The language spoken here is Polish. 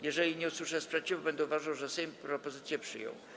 Jeżeli nie usłyszę sprzeciwu, będę uważał, że Sejm propozycję przyjął.